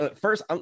first